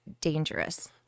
dangerous